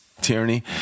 tyranny